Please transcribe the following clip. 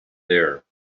there